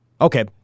Okay